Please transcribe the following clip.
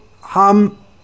ham